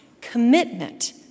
commitment